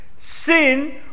Sin